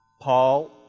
Paul